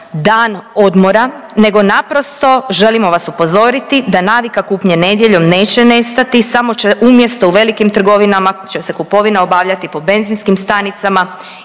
dan odmora nego naprosto želimo vas upozoriti da navika kupnje nedjeljom neće nestati samo će umjesto u velikim trgovinama će se kupovina obavljati po benzinskim stanicama